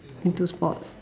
into sports